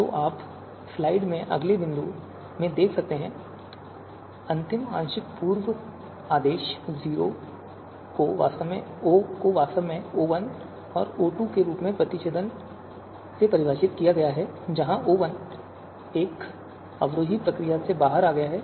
तो आप स्लाइड में अगले बिंदु में देख सकते हैं अंतिम आंशिक पूर्व आदेश O को वास्तव में O1 और O2 के प्रतिच्छेदन के रूप में परिभाषित किया गया है जहां O1 इस अवरोही प्रक्रिया से बाहर आया है